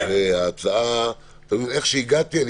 אתם מבינים,